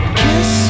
kiss